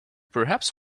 perhaps